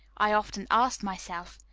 i often asked myself.